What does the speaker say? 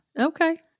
Okay